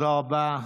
תודה רבה.